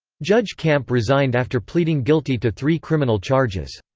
judge camp resigned after pleading guilty to three criminal charges.